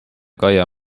kaia